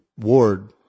Ward